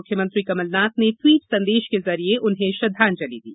मुख्यमंत्री कमलनाथ ने ट्वीट संदेश के जरिए उन्हें श्रद्धांजलि दी